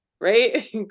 Right